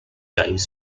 times